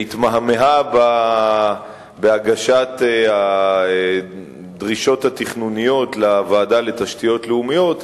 התמהמהה בהגשת הדרישות התכנוניות לוועדה לתשתיות לאומיות,